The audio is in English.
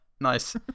nice